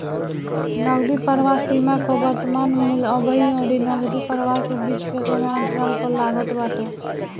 नगदी प्रवाह सीमा कअ वर्तमान मूल्य अबही अउरी नगदी प्रवाह के बीच के समय अंतराल पअ लागत बाटे